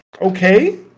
okay